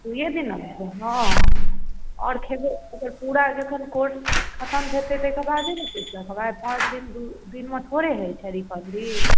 दूइये दिन नहि भेलै हँ आओर खेबै ओकर पूरा जखन कोर्स खतम हेतै तैके बादे ने देखबै पाँच दिन दू दिनमे थोड़े हय छै रिकवरी